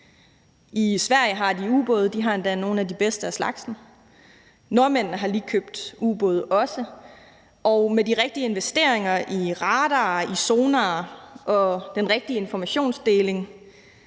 i Sverige har de ubåde, og de har endda nogle af de bedste af slagsen. Nordmændene har lige købt ubåde også, og med de rigtige investeringer i radarer, i sonarer og med den rigtige informationsdeling,